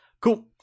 Cool